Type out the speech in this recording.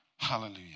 hallelujah